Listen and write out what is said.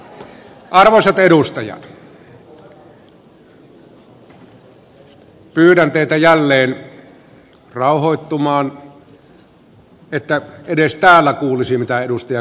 arvoisat edustajat pyydän teitä jälleen rauhoittumaan että edes täällä kuulisi mitä edustaja katajalla on sanottavaa